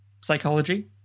psychology